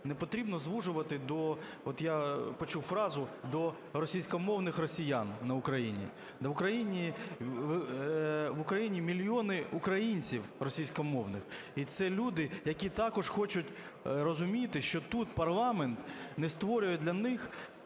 не потрібно звужувати до, от я почув фразу, до російськомовних росіян на Україні. На Україні… В Україні мільйони українців російськомовних, і це люди, які також хочуть розуміти, що тут парламент не створює для них